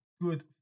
good